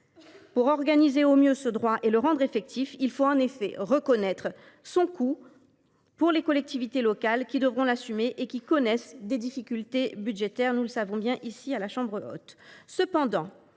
Pour organiser au mieux ce droit et le rendre effectif, il faut en effet reconnaître son coût pour les collectivités locales qui devront l’assumer et qui connaissent des difficultés budgétaires, comme le savent bien les membres de la chambre haute.